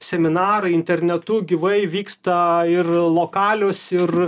seminarai internetu gyvai vyksta ir lokalios ir